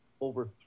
over